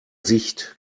sicht